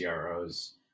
CROs